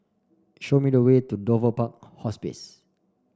show me the way to Dover Park Hospice